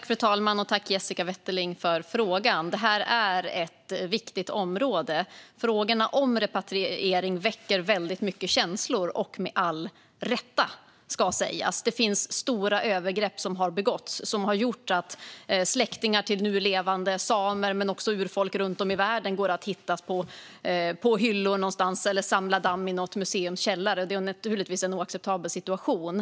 Fru talman! Jag tackar Jessica Wetterling för frågan. Det här är ett viktigt område. Frågorna om repatriering väcker med all rätt mycket känslor. Det har begåtts stora övergrepp, vilket har gjort att släktingar till nu levande samer och urfolk runt om i världen går att hitta på hyllor någonstans eller samlar damm i något museums källare. Det är givetvis en oacceptabel situation.